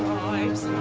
lives